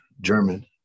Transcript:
German